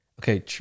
okay